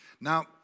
Now